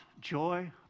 joy